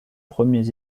premiers